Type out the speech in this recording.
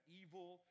evil